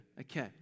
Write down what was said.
Okay